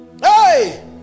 Hey